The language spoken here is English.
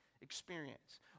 experience